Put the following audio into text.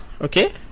okay